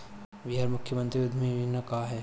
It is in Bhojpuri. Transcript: बिहार मुख्यमंत्री उद्यमी योजना का है?